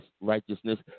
righteousness